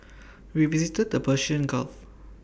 we visited the Persian gulf